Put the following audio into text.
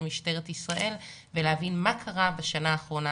משטרת ישראל ולהבין מה קרה בשנה האחרונה,